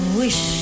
wish